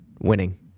Winning